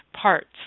parts